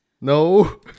No